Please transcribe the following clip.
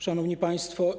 Szanowni Państwo!